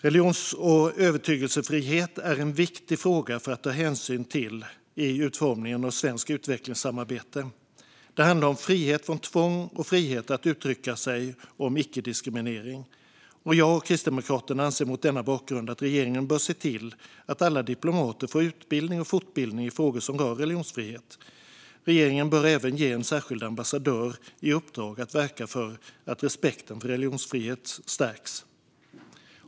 Religions och övertygelsefrihet är en viktig fråga att ta hänsyn till i utformningen av svenskt utvecklingssamarbete. Det handlar om frihet från tvång, frihet att uttrycka sig och icke-diskriminering. Jag och Kristdemokraterna anser mot denna bakgrund att regeringen bör se till att alla diplomater får utbildning och fortbildning i frågor som rör religionsfrihet. Regeringen bör även ge en särskild ambassadör i uppdrag att verka för att respekten för religionsfriheten stärks.